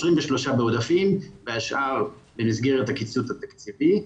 23 בעודפים והשאר במסגרת הקיצוץ התקציבי,